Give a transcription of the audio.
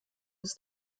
des